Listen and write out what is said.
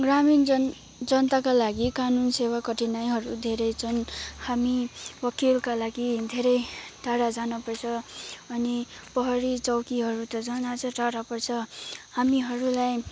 ग्रामीण जन जनताको लागि कानुनी सेवामा कठिनाईहरू धेरै छन् हामी वकिलका लागि धेरै टाढा जानपर्छ अनि प्रहरी चौकीहरू त झन् अझै टाढा पर्छ हामीहरूलाई